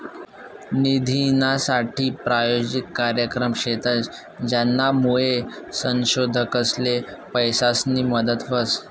निधीनासाठे प्रायोजित कार्यक्रम शेतस, ज्यानामुये संशोधकसले पैसासनी मदत व्हस